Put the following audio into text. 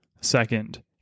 Second